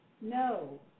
No